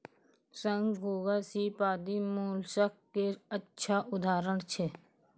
शंख, घोंघा, सीप आदि मोलस्क के अच्छा उदाहरण छै